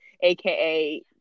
aka